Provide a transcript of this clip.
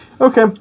Okay